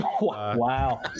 Wow